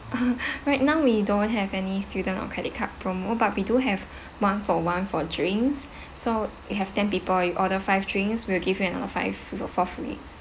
right now we don't have any student or credit card promo but we do have one for one for drinks so you have ten people you order five drinks we'll give you another five for free